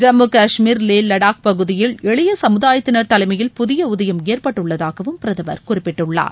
ஜம்மு காஷ்மீர் லே லடாக் பகுதியில் இளைய சமுதாயத்தினர் தலைமையில் புதிய உதயம் ஏற்பட்டுள்ளதாகவும் பிரதமர் குறிப்பிட்டுள்ளார்